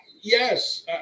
Yes